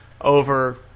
over